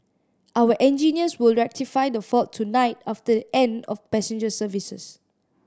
our engineers will rectify the fault tonight after the end of passenger services